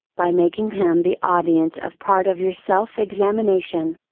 by making him the audience of part of your self examination.